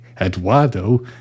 Eduardo